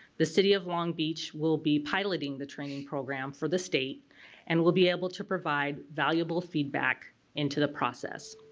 the city of long beach will be piloting the training program for the state and we'll be able to provide valuable feedback into the process.